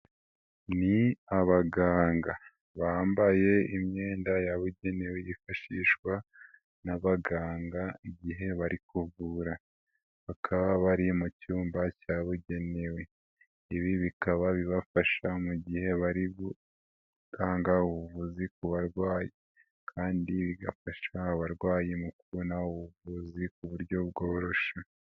Ni abaganga bambaye imyenda yabugenewe yifashishwa n'abaganga igihe bari kuvura, bakaba bari mu cyumba cyabugenewe, ibi bikaba bibafasha mu gihe bari gutanga ubuvuzi ku barwayi kandi bigafasha abarwayi mu kubona ubuvuzi ku buryo bworoshye.